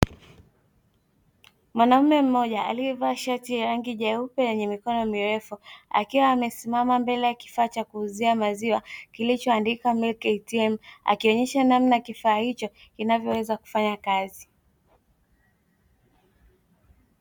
Mwanaume mmoja aliyevaa shati ya rangi nyeupe yenye mikono mirefu akiwa amesimama mbele ya kifaa cha kuuzia maziwa kilicho andikwa "milki ATM", akionesha namna kifaa hicho kinavyoweza kufanya kazi.